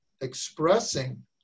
expressing